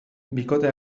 bikote